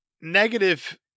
negative